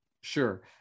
Sure